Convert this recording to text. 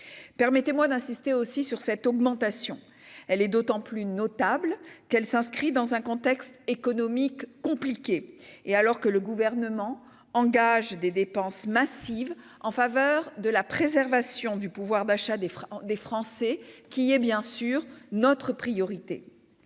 supplémentaires pour l'Ipev. Une telle augmentation est d'autant plus notable qu'elle s'inscrit dans un contexte économique compliqué, alors que le Gouvernement engage des dépenses massives en faveur de la préservation du pouvoir d'achat des Français, qui est bien sûr notre priorité.